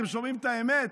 אתם שומעים את האמת?